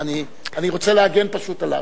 אני רוצה פשוט להגן עליו.